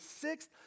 sixth